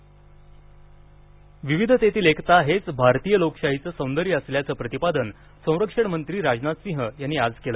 संचलन परस्कार विविधतेतली एकता हेच भारतीय लोकशाहीचं सौंदर्य असल्याचं प्रतिपादन संरक्षणमंत्री राजनाथसिंह यांनी आज केलं